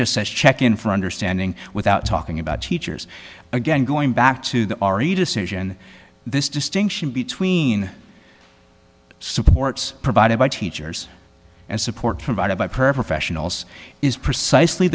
just says check in for understanding without talking about teachers again going back to the already decision this distinction between supports provided by teachers and support by per professionals is precisely